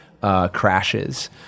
crashes